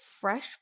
fresh